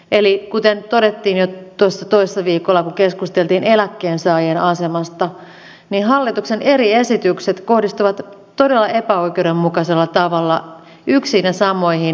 eli kuten todettiin jo tuossa toissa viikolla kun keskusteltiin eläkkeensaajien asemasta hallituksen eri esitykset kohdistuvat todella epäoikeudenmukaisella tavalla yksiin ja samoihin